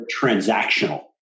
transactional